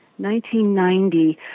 1990